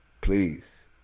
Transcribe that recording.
Please